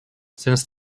since